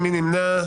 מי נמנע?